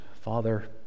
Father